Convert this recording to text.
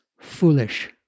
foolish